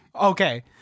okay